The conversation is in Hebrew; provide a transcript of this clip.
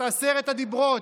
את עשרת הדיברות,